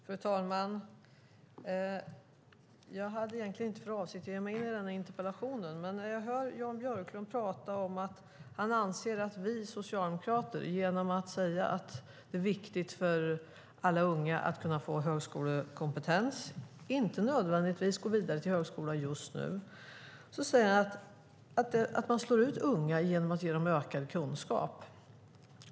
Fru talman! Jag hade egentligen inte för avsikt att ge mig in i denna interpellationsdebatt. Men jag hör Jan Björklund tala här om att han anser att vi socialdemokrater genom att säga att det är viktigt för alla unga att få högskolekompetens - men inte nödvändigtvis gå vidare till högskola just nu - slår ut unga när vi ger dem ökad kunskap.